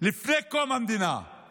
לפני קום המדינה היא